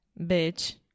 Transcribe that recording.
bitch